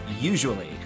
usually